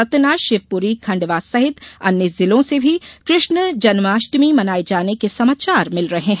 सतनाशिवपुरीखंडवा सहित अन्य जिलों से भी कृष्ण जन्माष्टमी मनाये जाने के समाचार मिल रहे है